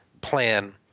plan